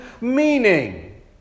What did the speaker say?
meaning